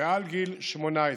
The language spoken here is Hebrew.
מעל גיל 18,